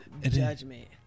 judgment